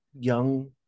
young